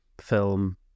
film